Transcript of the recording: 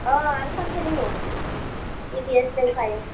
अ आरो सानसे दङ इ भि एस दंबावो